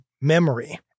memory